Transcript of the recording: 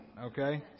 okay